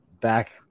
back